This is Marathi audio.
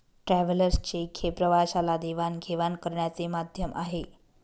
ट्रॅव्हलर्स चेक हे प्रवाशाला देवाणघेवाण करण्याचे माध्यम आहे